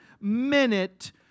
minute